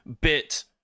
bit